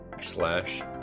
slash